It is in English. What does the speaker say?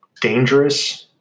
dangerous